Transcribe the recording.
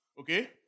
Okay